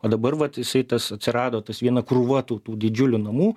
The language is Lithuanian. o dabar vat jisai tas atsirado tas viena krūva tų tų didžiulių namų